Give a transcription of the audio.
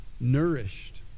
nourished